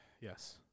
Yes